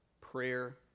prayer